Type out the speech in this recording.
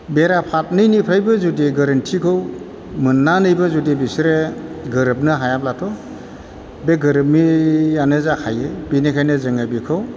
बेराफारनैनिफ्रायबो जुदि गोरोन्थिखौ मोननानैबो जुदि बिसोरो गोरोबनो हायाब्लाथ' बे गोरोबियानो जाखायो बेनिखायनो जोङो बेखौ